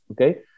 okay